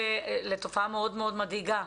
לתופעה מאוד מדאיגה,